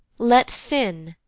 let sin,